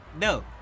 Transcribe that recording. No